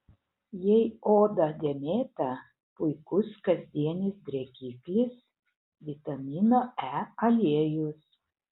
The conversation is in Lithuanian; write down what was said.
jei oda dėmėta puikus kasdienis drėkiklis vitamino e aliejus